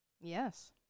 Yes